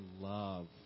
love